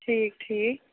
ٹھیٖک ٹھیٖک